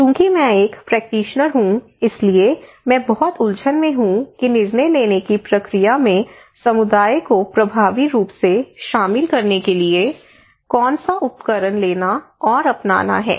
चूंकि मैं एक प्रैक्टिशनर हूं इसलिए मैं बहुत उलझन में हूं कि निर्णय लेने की प्रक्रिया में समुदाय को प्रभावी रूप से शामिल करने के लिए कौन सा उपकरण लेना और अपनाना है